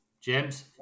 James